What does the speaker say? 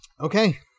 Okay